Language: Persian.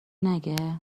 نگه